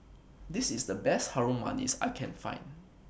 This IS The Best Harum Manis that I Can Find